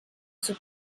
zur